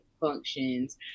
functions